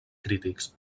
crítics